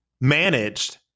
managed